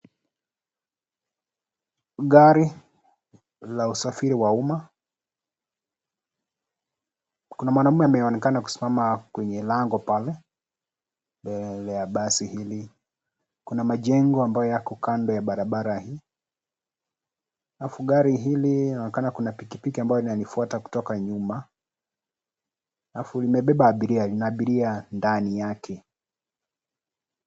Gari la usafiri wa umma , kuna mwanaume ameonekana kusimama kwenye lango pale la basi hili . Kuna majengo ambayo yako kando ya barabara hii, alafu gari hili linaonekana kuna pikipiki ambayo inanifuata kutoka nyuma alafu limebeba abiria , maabiria ndani yake.